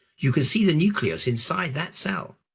you can see the nucleus inside that cell,